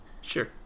Sure